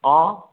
অঁ